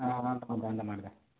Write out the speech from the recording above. ஆ ஆ அந்த மாதிரி அந்த மாதிரி தான்